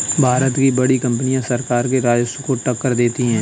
भारत की बड़ी कंपनियां सरकार के राजस्व को टक्कर देती हैं